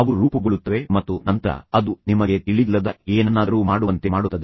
ಅವು ರೂಪುಗೊಳ್ಳುತ್ತವೆ ಮತ್ತು ನಂತರ ಅದು ನಿಮಗೆ ತಿಳಿದಿಲ್ಲದ ಏನನ್ನಾದರೂ ಮಾಡುವಂತೆ ಮಾಡುತ್ತದೆ